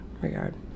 regard